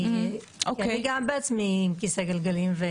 כי אני גם בעצמי עם כיסא גלגלים.